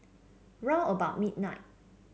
round about midnight